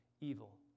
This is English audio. evil